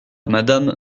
madame